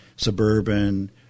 suburban